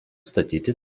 statyti